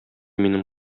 минем